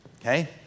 okay